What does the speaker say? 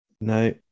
No